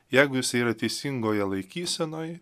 jeigu jisai yra teisingoje laikysenoj